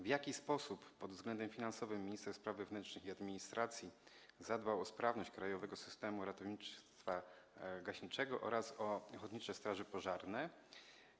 W jaki sposób pod względem finansowym minister spraw wewnętrznych i administracji zadbał o sprawność krajowego systemu ratowniczo-gaśniczego oraz o ochotnicze straże pożarne?